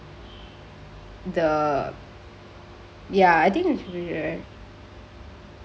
the ya I think